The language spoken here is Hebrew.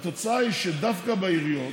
התוצאה היא שדווקא בעיריות